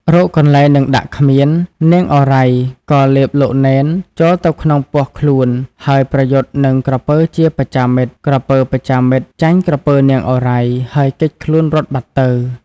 រកកន្លែងនឹងដាក់គ្មាន នាងឱរ៉ៃ ក៏លេបលោកនេន ចូលទៅក្នុងពោះខ្លួនហើយប្រយុទ្ធនឹងក្រពើជាបច្ចាមិត្ត ។ ក្រពើបច្ចាមិត្ត ចាញ់ក្រពើនាងឱរ៉ៃ ហើយគេចខ្លួន រត់បាត់ទៅ ។